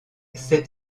sept